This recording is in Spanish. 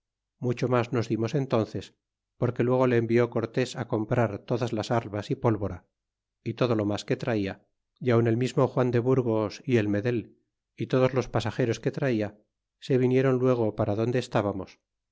mucho mas nos dimos entóeres porque luego le envió cortés comprar todas las armas y pólvora y todo lo mas que traia y aun el mismo juan de burgos y el medel y todos los pasageros que traia se vinieron luego para donde estábamos